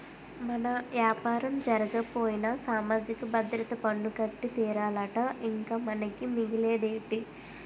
మన యాపారం జరగకపోయినా సామాజిక భద్రత పన్ను కట్టి తీరాలట ఇంక మనకి మిగిలేదేటి